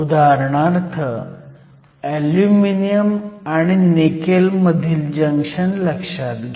उदाहरणार्थ ऍल्युमिनियम आणि निकेल मधील जंक्शन लक्षात घ्या